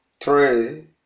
three